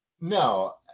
No